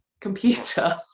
computer